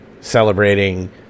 celebrating